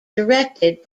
directed